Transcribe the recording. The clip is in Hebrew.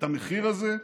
את המחיר הזה,